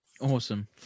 Awesome